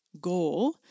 goal